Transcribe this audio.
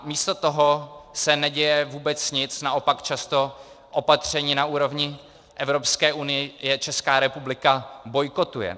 Místo toho se neděje vůbec nic, naopak často opatření na úrovni Evropské unie Česká republika bojkotuje.